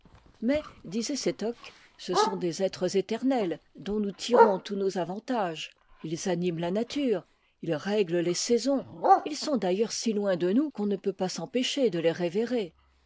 mais disait sétoc ce sont des êtres éternels dont nous tirons tous nos avantages ils animent la nature ils règlent les saisons ils sont d'ailleurs si loin de nous qu'on ne peut pas s'empêcher de les révérer